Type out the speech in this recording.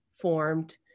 formed